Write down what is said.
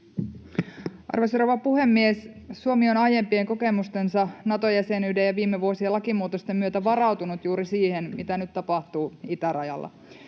rouva puhemies! Suomi on aiempien kokemustensa, Nato-jäsenyyden ja viime vuosien lakimuutosten myötä varautunut juuri siihen, mitä nyt tapahtuu itärajalla.